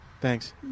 Thanks